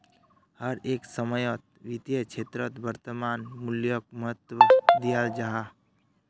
हर एक समयेत वित्तेर क्षेत्रोत वर्तमान मूल्योक महत्वा दियाल जाहा